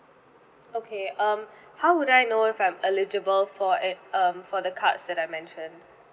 okay um how would I know if I'm eligible for err um for the cards that I've mentioned